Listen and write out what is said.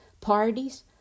parties